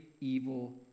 evil